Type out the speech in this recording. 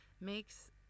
makes